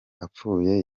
apfuye